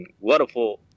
wonderful